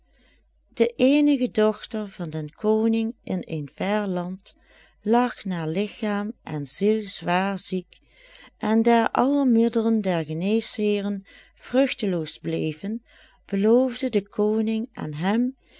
de eenige dochter van den koning in een ver land lag naar ligchaam en ziel zwaar ziek en daar alle middelen der geneesheeren vruchteloos bleven beloofde de koning aan hem